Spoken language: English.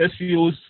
SEOs